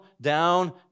down